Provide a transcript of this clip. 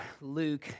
Luke